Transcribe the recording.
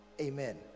Amen